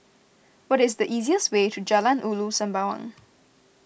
what is the easiest way to Jalan Ulu Sembawang